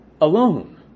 alone